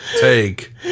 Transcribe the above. take